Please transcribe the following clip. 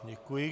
Děkuji.